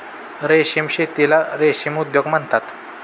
रेशीम शेतीला रेशीम उद्योग म्हणतात